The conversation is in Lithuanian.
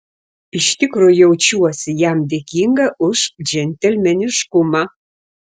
iš tikro jaučiuosi jam dėkinga už džentelmeniškumą